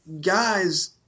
guys